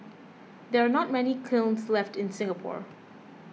there are not many kilns left in Singapore